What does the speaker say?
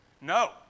No